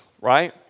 right